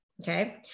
Okay